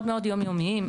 מאוד יום-יומיים.